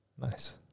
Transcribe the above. Nice